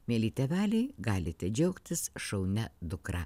mieli tėveliai galite džiaugtis šaunia dukra